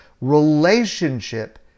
Relationship